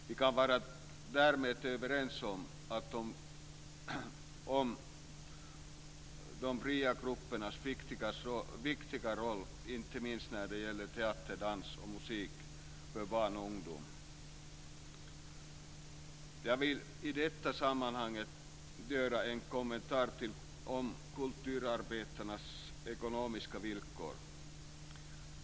Vi kan därmed vara överens om de fria gruppernas viktiga roll, inte minst när det gäller teater, dans och musik för barn och ungdom. Jag vill i detta sammanhang göra en kommentar om kulturarbetarnas ekonomiska villkor.